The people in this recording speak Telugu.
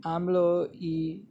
ఆమెలో ఈ